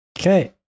Okay